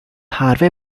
harvey